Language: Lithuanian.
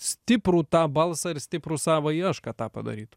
stiprų tą balsą ir stiprų savąjį aš kad tą padaryt